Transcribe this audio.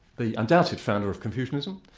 the undoubted founder of confucianism.